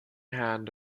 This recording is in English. hand